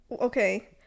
okay